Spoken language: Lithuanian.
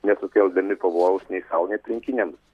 nesukeldami pavojaus nei sau nei aplinkiniams